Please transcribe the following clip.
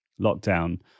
lockdown